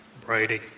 Brady